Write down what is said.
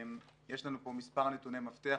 יש לנו פה מספר נתוני מפתח.